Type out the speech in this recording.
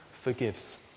forgives